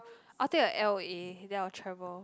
I'll think of L_O_A then I'll travel